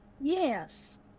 Yes